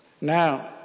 Now